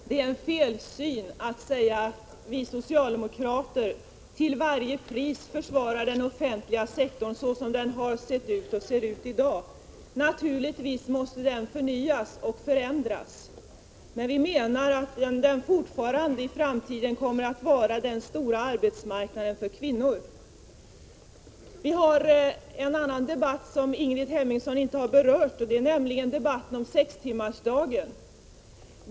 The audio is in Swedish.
Herr talman! Det är felaktigt att säga att vi socialdemokrater till varje pris försvarar den offentliga sektorn så som den har sett ut och ser ut i dag. Den måste naturligtvis förnyas och förändras, men vi anser att den även i framtiden kommer att utgöra den stora arbetsmarknaden för kvinnor. Det pågår en annan debatt, som Ingrid Hemmingsson inte har berört, och det är debatten om sextimmarsdagen.